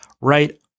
right